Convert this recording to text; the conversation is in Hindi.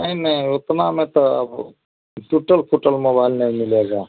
नहीं नहीं उतना में तो अब टुटल फुटल मोबाइल नहीं मिलेगा